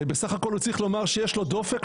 הרי בסך הכול הוא צריך לומר שיש לו דופק,